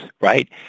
right